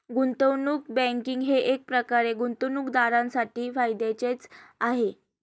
गुंतवणूक बँकिंग हे एकप्रकारे गुंतवणूकदारांसाठी फायद्याचेच आहे